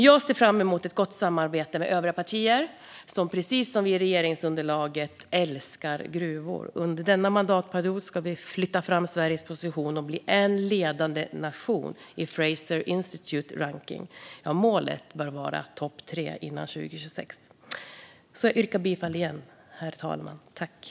Jag ser fram emot ett gott samarbete med övriga partier som precis som vi i regeringsunderlaget älskar gruvor. Under denna mandatperiod ska vi flytta fram Sveriges position och bli en ledande nation på Fraser Institutes rankning. Målet bör vara topp tre före 2026. Herr talman! Jag yrkar återigen bifall till utskottets förslag.